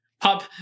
Pop